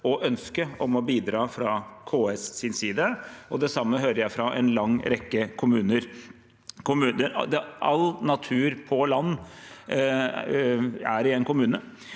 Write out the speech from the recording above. ønske om å bidra fra KS’ side, og det samme hører jeg fra en lang rekke kommuner. All natur på land er i en kommune,